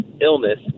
illness